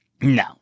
No